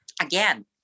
again